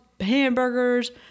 hamburgers